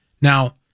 Now